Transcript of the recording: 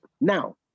now